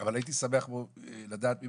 אבל הייתי שמח לדעת ממך.